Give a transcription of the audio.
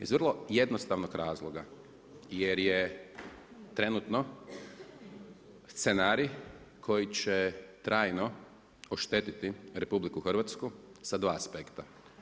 Iz vrlo jednostavnog razloga, jer je trenutno scenarij koji će trajno oštetiti RH sa dva aspekta.